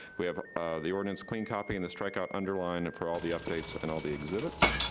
we have the ordinance clean copy and the strikeout underlined for all the updates and all the exhibits.